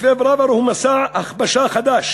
מתווה פראוור הוא מסע הכפשה חדש